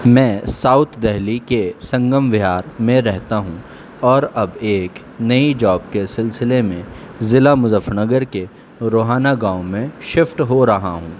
میں ساؤتھ دہلی کے سنگم وہار میں رہتا ہوں اور اب ایک نئی جاب کے سلسلے میں ضلع مظفر نگر کے روہانہ گاؤں میں شفٹ ہو رہا ہوں